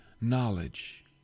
knowledge